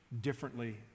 differently